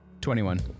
21